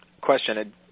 question